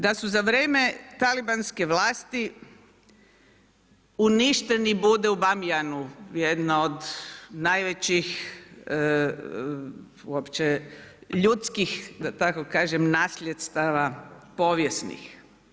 Da su za vrijeme talibanske vlasti uništeni budu u Bamjanu, jedno od najvećih uopće ljudskih da tako kažem nasljedstava povijesnih.